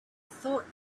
thought